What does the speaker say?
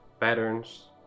patterns